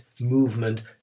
movement